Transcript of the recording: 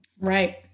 Right